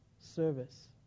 service